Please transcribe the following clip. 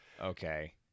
Okay